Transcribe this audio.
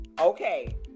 Okay